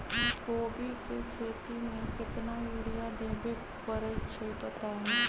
कोबी के खेती मे केतना यूरिया देबे परईछी बताई?